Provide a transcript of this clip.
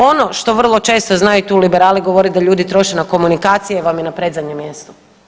Ono što vrlo često znaju tu liberali govoriti da ljudi troše na komunikacije, vam je na predzadnjem mjestu.